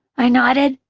i nodded.